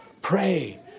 Pray